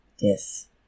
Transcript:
Yes